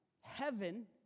heaven